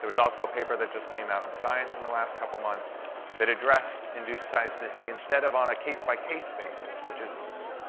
there was also a paper that just came out in science in the last couple months that addressed induced seismicity. instead of on a case-by-case basis, which is